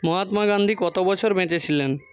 মহাত্মা গান্ধী কত বছর বেঁচে ছিলেন